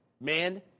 man